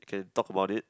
can talk about it